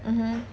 mmhmm